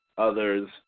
others